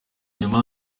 nyuma